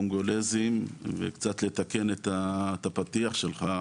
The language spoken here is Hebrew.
קונגולזים, ורק כדי לתקן את הפתיח שלך,